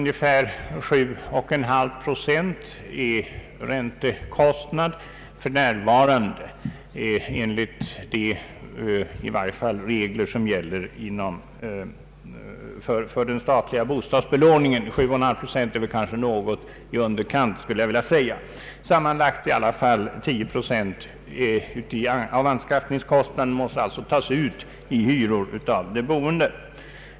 Ca 7,9 procent utgör för närvarande räntekostnad, enligt i varje fall de regler som gäller för den statliga bostadsbelåningen. Jag skulle vilja säga att 7,5 procent kanske är något i underkant, men sammanlagt måste ändå 10 procent av anskaffningskostnaden tas ut i hyror.